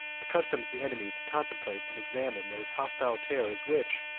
accustoms the enemy to contemplate and examine those hostile terrors, which,